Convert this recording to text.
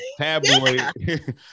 tabloid